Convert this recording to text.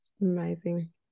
Amazing